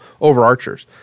overarchers